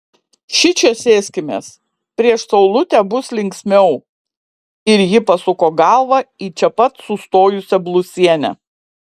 šičia sėskimės prieš saulutę bus linksmiau ir ji pasuko galvą į čia pat sustojusią blusienę